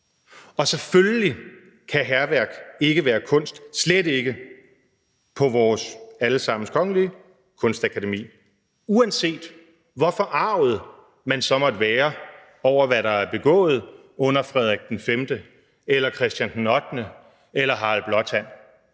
Og selvfølgelig kan hærværk ikke være kunst og slet ikke på vores alle sammens kongelige kunstakademi – uanset hvor forarget man så måtte være over, hvad der er begået under Frederik V, Christian VIII eller Harald Blåtand.